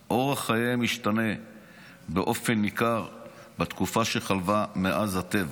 אורח חייהם השתנה באופן ניכר בתקופה שחלפה מאז הטבח.